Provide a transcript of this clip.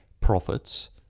profits